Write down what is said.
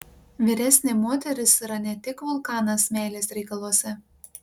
vyresnė moteris yra ne tik vulkanas meilės reikaluose